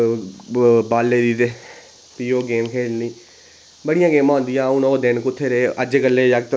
ओह् बॉलै दी ते भी ओह् गेम खेल्लनी बड़ियां गेमां होंदियां हियां हून ओह् दिन कुत्थें रेह् अज्जकल दे जागत्